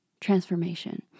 transformation